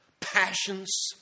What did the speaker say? Passions